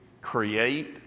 create